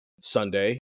sunday